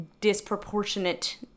disproportionate